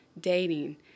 dating